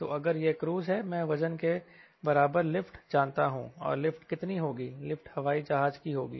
तो अगर यह क्रूज है मैं वजन के बराबर लिफ्ट जानता हूं और लिफ्ट कितनी होगी लिफ्ट हवाई जहाज की होगी